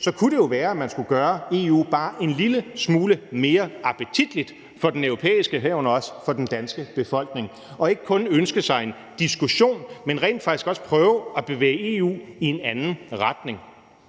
kunne det jo være, man skulle gøre EU bare en lille smule mere appetitligt for den europæiske, herunder også for den danske, befolkning og ikke kun ønske sig en diskussion, men rent faktisk også at prøve at bevæge EU i en anden retning.